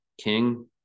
king